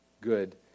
good